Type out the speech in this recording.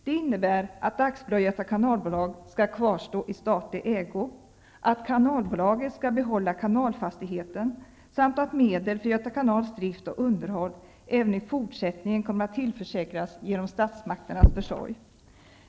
Det innebär att AB Göta kanalbolag skall kvarstå i statlig ägo, att kanalbolaget skall behålla kanalfastigheten samt att medel för Göta kanals drift och underhåll även i fortsättningen kommer att tillförsäkras genom statsmakternas försorg.